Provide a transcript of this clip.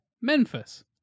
Memphis